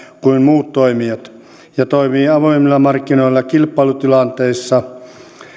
kuin muut toimijat ja toimii avoimilla markkinoilla kilpailutilanteissa